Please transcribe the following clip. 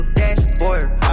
dashboard